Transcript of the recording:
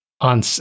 on